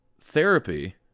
therapy